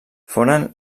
foren